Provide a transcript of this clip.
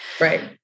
Right